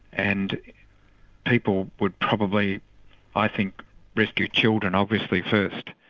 and people would probably i think rescue children obviously first,